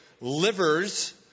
livers